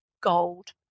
gold